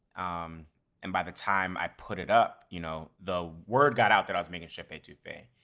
um and by the time i put it up you know the word got out that i was making shrimp etouffee,